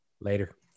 Later